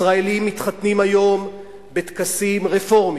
ישראלים מתחתנים היום בטקסים רפורמיים,